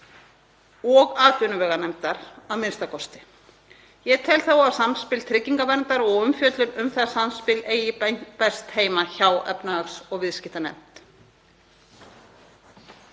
og atvinnuveganefndar a.m.k. Ég tel þó að samspil tryggingaverndar og umfjöllun um það samspil eigi best heima hjá efnahags- og viðskiptanefnd.